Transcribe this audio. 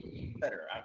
Better